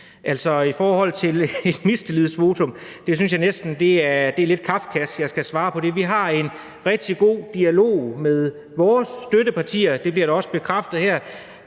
Altså, i forhold til et mistillidsvotum synes jeg næsten, det er lidt kafkask, at jeg skal svare på det. Vi har en rigtig god dialog med vores støttepartier, og det bliver da også bekræftet her.